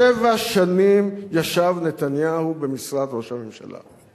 שבע שנים ישב נתניהו במשרד ראש הממשלה.